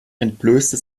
entblößte